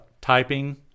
typing